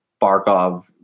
Barkov